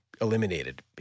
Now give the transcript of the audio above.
eliminated